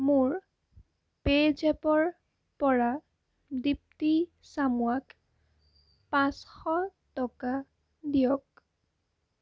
মোৰ পে'জেপৰ পৰা দীপ্তি চামুৱাক পাঁচশ টকা দিয়ক